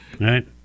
right